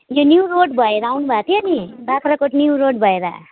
यो new road भएर आउनु भएको थियो नि बाग्राकोट न्यू रोड भएर